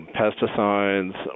pesticides